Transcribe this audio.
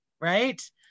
right